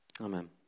Amen